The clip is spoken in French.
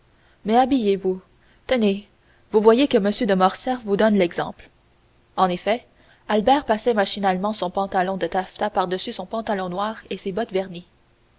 mais habillez-vous tenez vous voyez que m de morcerf vous donne l'exemple en effet albert passait machinalement son pantalon de taffetas par-dessus son pantalon noir et ses bottes vernies